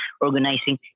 organizing